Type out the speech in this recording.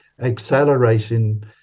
accelerating